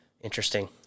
interesting